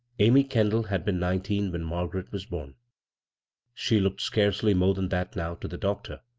amy kendall had been nineteen when margaret was bom she looked scarcely more than that now to the doctor,